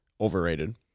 Overrated